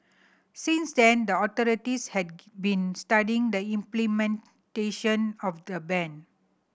since then the authorities had been studying the implementation of the ban